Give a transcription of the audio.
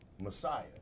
Messiah